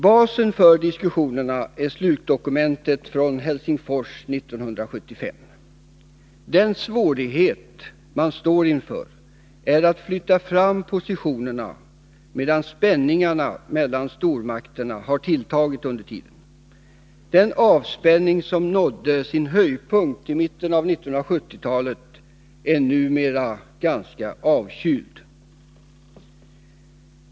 Basen för diskussionerna är slutdokumentet från Helsingfors 1975. Den svårighet man står inför är att flytta fram positionerna medan spänningarna mellan stormakterna under tiden har tilltagit. Den avspänning som nådde sin höjdpunkt i mitten av 1970-talet är numera ganska avkyld.